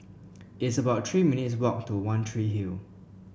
it's about Three minutes' walk to One Tree Hill